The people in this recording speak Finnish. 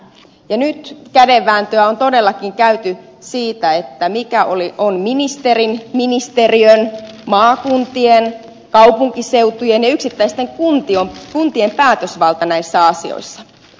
nyt kädenvääntöä on todellakin käyty siitä mikä on ministerin ministeriön maakuntien kaupunkiseutujen ja yksittäisten kuntien päätösvalta näissä asioissa